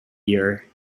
year